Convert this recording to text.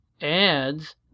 adds